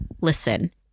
listen